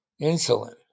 insulin